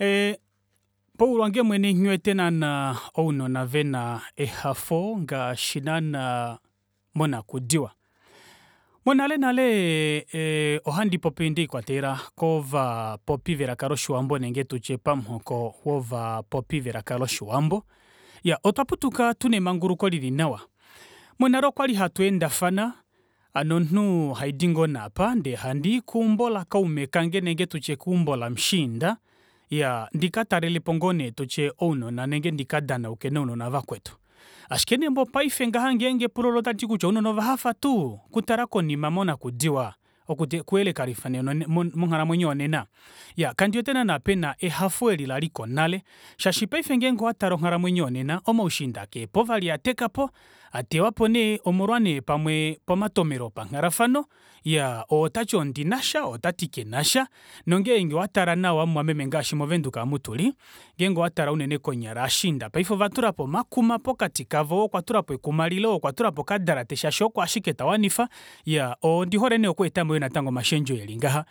Eeh paulwange mwene nghiwete naana ounona vena ehafo ngaashi naana monakudiwa monale nale oha ndipopi ndelikwaelela kovapopi velaka loshiwambo nenge tutye pamuhoko wovapopi velaka loshiwambo iya otwa putuka tuna emanguluko lili nawa monale okwali hatweendafana hano omunhu hadi ngoo nee apa ndee handii keumbo lakaume kange nenge tutye keumbo lamushiinda ndikatalelepo ngoo nee ounona nenge tutye ndika danauke nounona vakwetu ashike neengenge epulo loye otalipula kutya ounona ovahafa tuu okutala monakudiwa okuyelekanifa monghalamwenyo yonena iyaa kandiwete naana pena ehafo eli laliko nale shaashi paife ngenge owatale onghalamwenyo yonena omaushiinda kaepo vali okwatekapo atewapo nee omolwa nee pamwe pamatomeno opanghalafano iyaa ou otati ondinasha outati kenasha nongenge owatale nawa mumwameme ngaashi mo windhoek omo tuli ngenge owatele konyala ovashiinda ovatulapo omakuma pokati kavo ou okwatulapo ekuma lile ou okwatulapo okadalate shaashi oko ashike tawanifa iyaa ondihole yoo natango okweetamo omashendjo eli ngaha